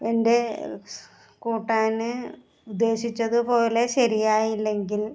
എൻ്റെ കൂട്ടാൻ ഉദ്ദേശിച്ചത് പോലെ ശരിയായില്ലെങ്കിൽ